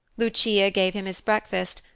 lucia gave him his breakfast,